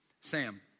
Sam